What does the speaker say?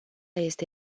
este